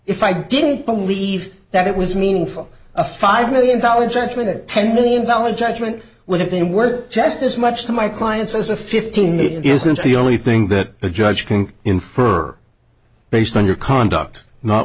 if i didn't believe that it was meaningful a five million dollars gentlemen a ten million dollars judgment would have been worth just as much to my clients as a fifteen it isn't the only thing that the judge can infer based on your conduct not